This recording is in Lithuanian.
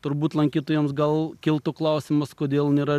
turbūt lankytojams gal kiltų klausimas kodėl nėra